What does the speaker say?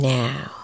now